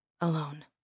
alone